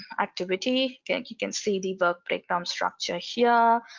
activity okay. you can see the work breakdown structure here.